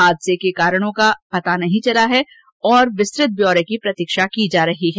हादसे के कारण का अभी पता नहीं चला है और विस्तृत ब्यौरे की प्रतीक्षा की जा रही है